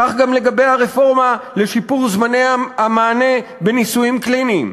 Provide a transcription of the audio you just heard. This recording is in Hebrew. כך גם לגבי הרפורמה לשיפור זמני המענה בניסויים קליניים.